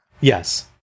Yes